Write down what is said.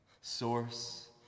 source